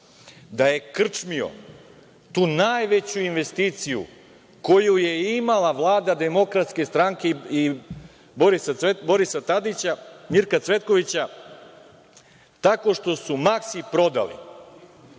Da je krčmio tu najveću investiciju koju je imala Vlada DS i Borisa Tadića, Mirka Cvetkovića, tako što su „Maksi“ prodali.